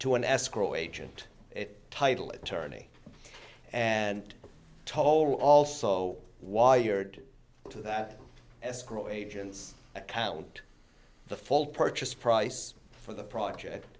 to an escrow agent title attorney and told also wired to that escrow agents account the full purchase price for the project